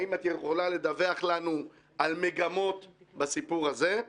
האם את יכולה לדווח לנו על מגמות בסיפור הזה?